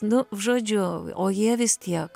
nu žodžiu o jie vis tiek